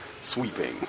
sweeping